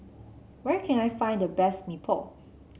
where can I find the best Mee Pok